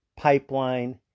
Pipeline